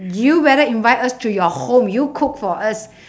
you better invite us to your home you cook for us